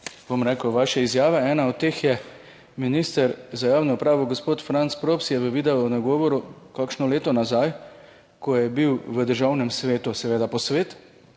nekatere vaše izjave, ena od teh je: minister za javno upravo gospod Franc Props je v video nagovoru kakšno leto nazaj, ko je bil v Državnem svetu posvet,